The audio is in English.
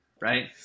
right